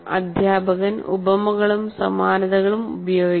അധ്യാപകൻ ഉപമകളും സമാനതകളും ഉപയോഗിക്കണം